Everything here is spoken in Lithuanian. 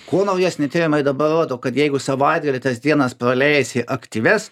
kuo naujesni tyrimai dabar rodo kad jeigu savaitgalį tas dienas praleisi aktyvias